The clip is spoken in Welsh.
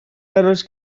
aros